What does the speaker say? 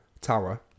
Tower